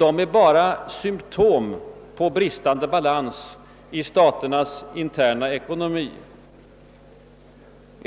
är bara symtom på bristande balans i staternas interna ekonomi.